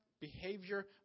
Behavior